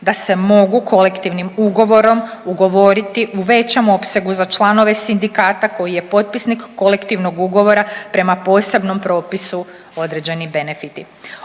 da se mogu kolektivnim ugovorom ugovoriti u većem opsegu za članove sindikata koji je potpisnik kolektivnog ugovora prema posebnom propisu određeni benefiti.